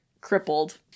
crippled